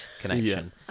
connection